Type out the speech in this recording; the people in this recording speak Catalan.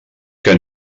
que